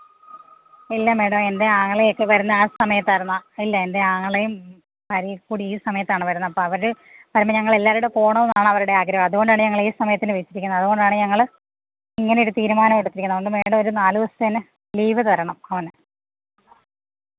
ഇല്ല മേടം എൻ്റെ ആങ്ങളയൊക്കെ വരുന്ന ആ സമയത്തായിരുന്നു ഇല്ല എൻ്റെ ആങ്ങളയും ഭാര്യയൊക്കെക്കൂടി ഈ സമയത്താണ് വരുന്നത് അപ്പോഴവര് വരുമ്പോള് ഞങ്ങളെല്ലാരുംകൂടെ പോകണമെന്നാണ് അവരുടെ ആഗ്രഹം അതുകൊണ്ടാണ് ഞങ്ങള് ഈ സമയത്തിന് വെച്ചിരിക്കുന്നത് അതുകൊണ്ടാണ് ഞങ്ങള് ഇങ്ങനെ ഒരു തീരുമാനം എടുത്തിരിക്കുന്നത് അതുകൊണ്ട് മാഡം ഒരു നാലു ദിവസത്തേന് ലീവ് തരണം അവന്